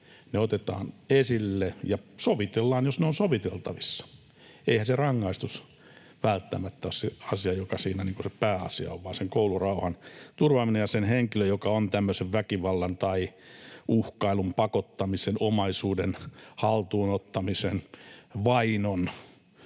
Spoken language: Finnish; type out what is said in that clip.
ne otetaan esille ja sovitellaan, jos ne ovat soviteltavissa. Eihän se rangaistus välttämättä ole se asia, joka siinä on se pääasia, vaan sen koulurauhan turvaaminen ja sen henkilön, joka on tämmöisen väkivallan, uhkailun, pakottamisen, omaisuuden haltuun ottamisen tai vainon